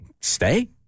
Stay